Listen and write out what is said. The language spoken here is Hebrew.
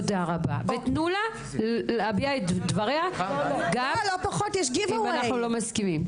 תנו לה להביע את דבריה גם אם אנחנו לא מסכימים.